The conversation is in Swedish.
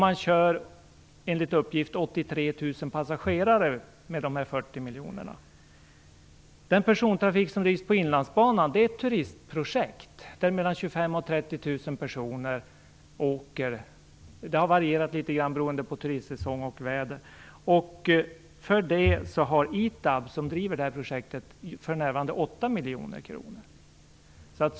Man kör enligt uppgift 83 000 Den persontrafik som drivs på Inlandsbanan är ett turistprojekt där mellan 25 000 och 30 000 personer åker. Det har varierat litet grand beroende på turistsäsong och väder. För det har ITAB, som driver projektet, för närvarande 8 miljoner kronor.